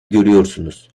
görüyorsunuz